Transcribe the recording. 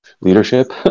leadership